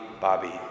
Bobby